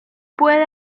puede